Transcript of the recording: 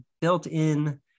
built-in